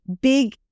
big